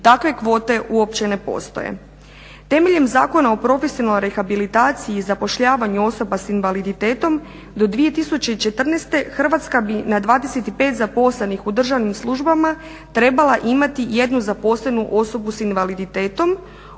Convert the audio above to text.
takve kvote uopće ne postoje. Temeljem Zakona o profesionalnoj rehabilitaciji i zapošljavanju osoba sa invaliditetom do 2014. Hrvatska bi na 25 zaposlenih u državnim službama trebala imati jednu zaposlenu osobu sa invaliditetom,